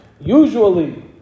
Usually